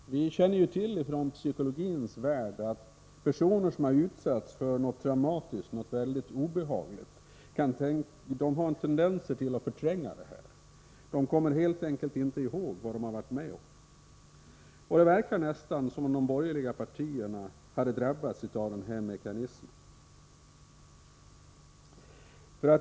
Vi känner från psykologins värld till att personer som har utsatts för något traumatiskt — någonting mycket obehagligt — har tendenser att förtränga den upplevelsen; de kommer helt enkelt inte ihåg vad de har varit med om. Det verkar nästan som om de borgerliga partierna hade drabbats av den mekanismen.